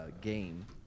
game